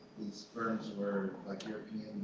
these firms were like yeah